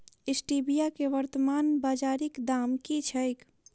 Stevia केँ वर्तमान बाजारीक दाम की छैक?